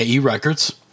Records